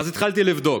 ואז התחלתי לבדוק: